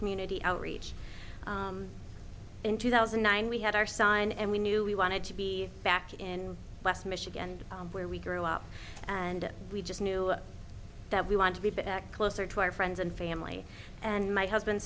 community outreach in two thousand and nine we had our son and we knew we wanted to be back in west michigan where we grew up and we just knew that we want to be closer to our friends and family and my husband